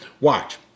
watch